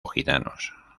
gitanos